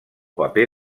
paper